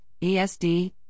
ESD